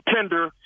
tender